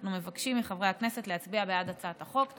אנחנו מבקשים מחברי הכנסת להצביע בעד הצעת החוק.